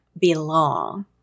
belong